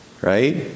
right